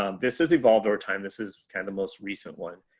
um this is evolve over time. this is kind of most recent one,